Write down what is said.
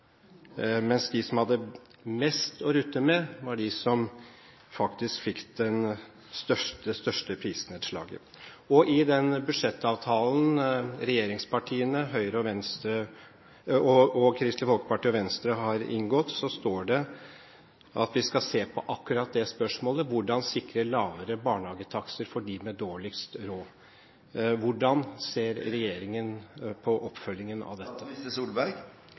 største prisnedslaget. I den budsjettavtalen regjeringspartiene og Kristelig Folkeparti og Venstre har inngått, står det at vi skal se på akkurat det spørsmålet: Hvordan sikre lavere barnehagetakster for dem med dårligst råd? Hvordan ser regjeringen på oppfølgingen av